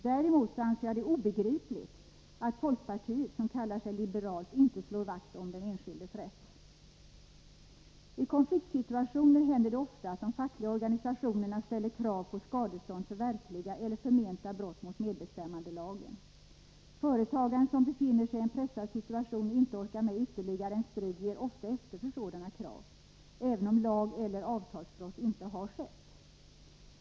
Däremot anser jag det obegripligt att folkpartiet, som 167 kallar sig liberalt, inte slår vakt om den enskildes rätt. I konfliktsituationer händer det ofta att de fackliga organisationerna ställer krav på skadestånd för verkliga eller förmenta brott mot medbestämmandelagen. Företagare, som befinner sig i en pressad situation och inte orkar med ytterligare en strid, ger ofta efter för sådana krav, även om lageller avtalsbrott inte har skett.